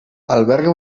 alberga